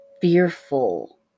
fearful